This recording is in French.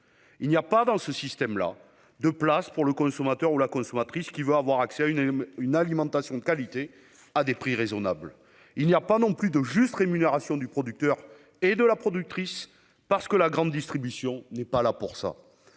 Il n'y a pas, dans ce système, de place pour le consommateur ou la consommatrice qui veut avoir accès à une alimentation de qualité à des prix raisonnables. Il n'y a pas non plus de juste rémunération du producteur et de la productrice, parce que la grande distribution n'est pas là pour ça.